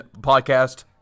podcast